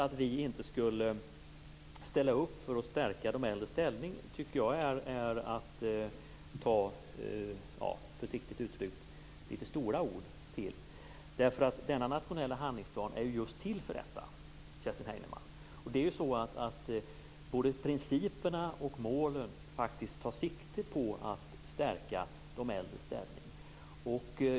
Att vi inte skulle ställa upp för att stärka de äldres ställning tycker jag försiktigt uttryckt är att ta till litet stora ord. Denna nationella handlingsplan är just till för detta, Kerstin Heinemann. Både principerna och målen tar faktiskt sikte på att stärka de äldres ställning.